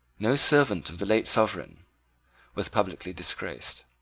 no servant of the late sovereign was publicly disgraced.